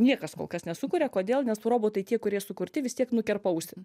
niekas kol kas nesukuria kodėl nes robotai tie kurie sukurti vis tiek nukerpa ausį